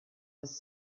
was